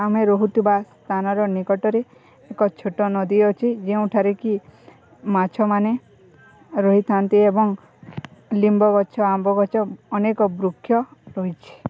ଆମେ ରହୁଥିବା ସ୍ଥାନର ନିକଟରେ ଏକ ଛୋଟ ନଦୀ ଅଛି ଯେଉଁଠାରେ କି ମାଛମାନେ ରହିଥାନ୍ତି ଏବଂ ନିମ୍ବ ଗଛ ଆମ୍ବ ଗଛ ଅନେକ ବୃକ୍ଷ ରହିଛି